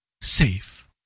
safe